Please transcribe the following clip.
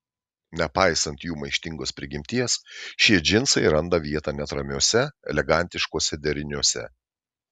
nepaisant jų maištingos prigimties šie džinsai randa vietą net ramiuose elegantiškuose deriniuose